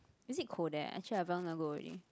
is it cold there actually I very long never go already